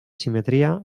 simetria